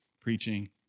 preaching